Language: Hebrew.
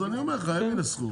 אז אני אומר לך, הם ינסחו.